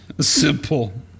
Simple